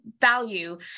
value